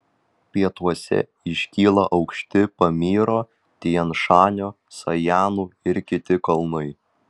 pietuose iškyla aukšti pamyro tian šanio sajanų ir kiti kalnai